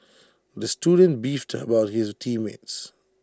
the student beefed about his team mates